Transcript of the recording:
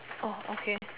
oh okay